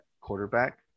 quarterback